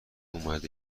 اومد